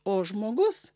o žmogus